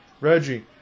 Reggie